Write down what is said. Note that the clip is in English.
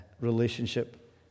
relationship